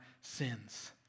sins